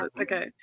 okay